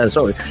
Sorry